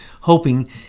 hoping